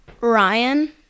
Ryan